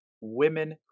women